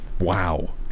Wow